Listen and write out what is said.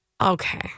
Okay